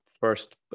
first